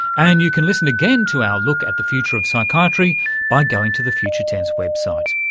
and you can listen again to our look at the future of psychiatry by going to the future tense website.